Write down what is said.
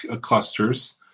clusters